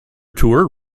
tour